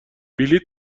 بلیط